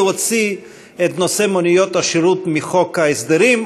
הוציא את נושא מוניות השירות מחוק ההסדרים?